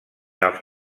els